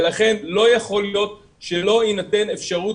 לכן לא יכול להיות שלא תינתן אפשרות